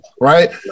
right